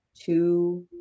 two